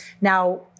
Now